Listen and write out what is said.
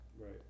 Right